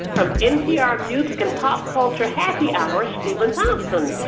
from npr music and pop culture happy hour, stephen thompson,